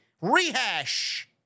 Rehash